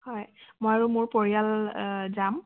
হয় মই আৰু মোৰ পৰিয়াল যাম